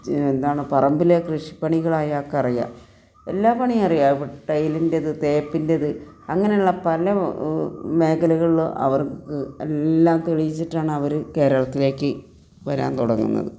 എന്താണ് പറമ്പിലെ കൃഷിപ്പണികൾ അയാൾക്ക് അറിയാം എല്ലാ പണി അറിയാം ഇ ടൈലിൻ്റെത് തേപ്പിൻ്റെത് അങ്ങനെയുള്ള പല മേഖലകളിൽ അവർക്ക് എല്ലാം തെളിയിച്ചിട്ടാണ് അവർ കേരളത്തിലേക്ക് വരാൻ തുടങ്ങുന്നത്